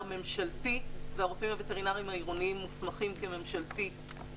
ממשלתי" והרופאים העירוניים מוסמכים לכך.